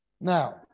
Now